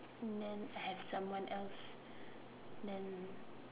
men have someone else